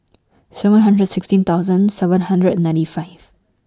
seven hundred sixteen thousand seven hundred and ninety five